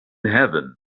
heaven